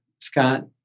Scott